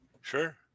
Sure